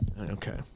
Okay